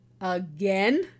again